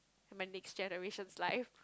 my next generation's life